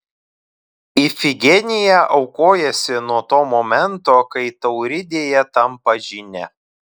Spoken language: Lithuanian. ifigenija aukojasi nuo to momento kai tauridėje tampa žyne